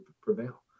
prevail